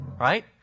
Right